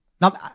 Now